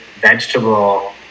vegetable